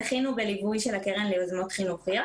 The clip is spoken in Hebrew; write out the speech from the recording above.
זכינו בליווי של הקרן ליוזמות חינוכיות,